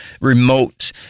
remote